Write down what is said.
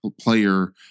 player